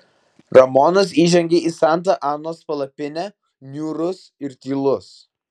ramonas įžengė į santa anos palapinę niūrus ir tylus